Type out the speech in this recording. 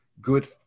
good